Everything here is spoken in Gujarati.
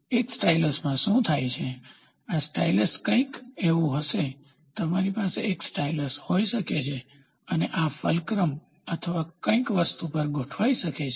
એક સ્ટાઇલસમાં શું થાય છે આ સ્ટાઇલસ કંઈક એવું હશે તમારી પાસે એક સ્ટાઇલસ હોઈ શકે છે અને આ ફલ્ક્રમ અથવા કંઇક વસ્તુ પર ગોઠવાઈ શકે છે